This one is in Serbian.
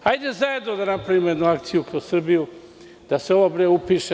Hajde zajedno da napravimo jednu akciju kroz Srbiju, da se ovo sve upiše.